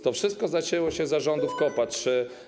To wszystko zaczęło się za rządów Kopacz.